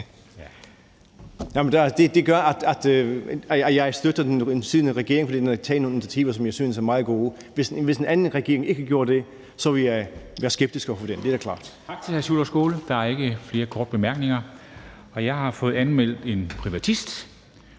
Det gør, at jeg støtter den siddende regering, for den har taget nogle initiativer, som jeg synes er meget gode. Hvis en anden regering ikke gjorde det, ville jeg være skeptisk over for den – det er da klart. Kl. 21:27 Formanden : Tak til hr. Sjúrður Skaale. Der er ikke flere korte bemærkninger. Og jeg har fået anmeldt en privatist.